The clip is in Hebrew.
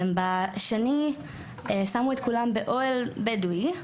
בשני שמו את כולם באוהל בדואי,